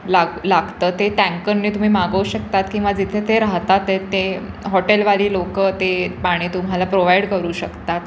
लाग लागतं ते टँकरने तुम्ही मागवू शकतात किंवा जिथे ते राहतात आहेत ते हॉटेलवाली लोक ते पाणी तुम्हाला प्रोव्हाइड करू शकतात